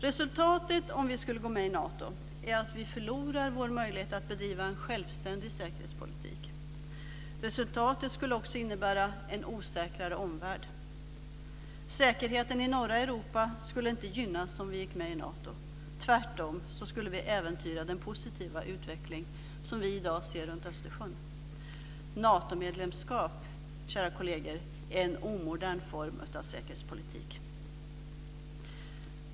Resultatet om vi skulle gå med i Nato är att vi förlorar vår möjlighet att bedriva en självständig säkerhetspolitik. Resultatet skulle också innebära en osäkrare omvärld. Säkerheten i norra Europa skulle inte gynnas om vi gick med i Nato. Tvärtom skulle vi äventyra den positiva utveckling som vi i dag ser runt Östersjön. Natomedlemskap, kära kolleger, är en omodern form av säkerhetspolitik.